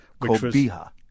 Cobija